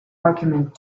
argument